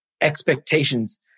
expectations